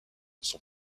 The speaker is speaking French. son